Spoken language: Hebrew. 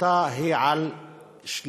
השביתה היא על שלילת